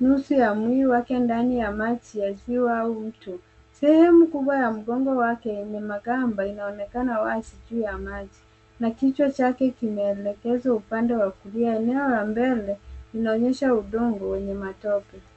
nusu ya mwili wake ndani ya maji ya ziwa au mto. Sehemu kubwa ya mgongo wake una magamba unaonekana juu ya maji na kichwa chake kimeelekezwa upande wa kulia. Upande wa mbele inaonyesha udongo wenye matope.